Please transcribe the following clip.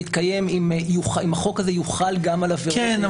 להתקיים אם החוק הזה יוחל גם על עבירות --- כן,